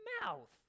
mouth